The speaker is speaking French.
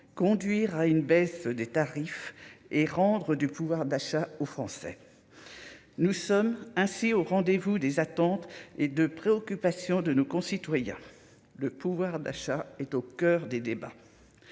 conduire à une baisse des tarifs et rendre du pouvoir d'achat aux Français : nous sommes ainsi au rendez-vous des attentes et de préoccupation de nos concitoyens, le pouvoir d'achat est au coeur des débats